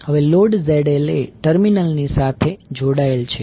હવે load ZL એ ટર્મિનલની સાથે જોડાયેલ છે